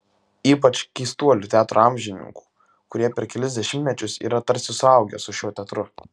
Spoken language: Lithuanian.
ypač keistuolių teatro amžininkų kurie per kelis dešimtmečius yra tarsi suaugę su šiuo teatru